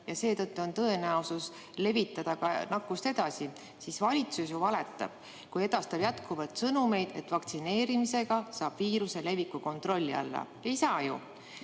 ja seetõttu on tõenäosus levitada nakkust edasi, siis valitsus ju valetab, kui edastab jätkuvalt sõnumeid, et vaktsineerimisega saab viiruse leviku kontrolli alla. Ei saa ju.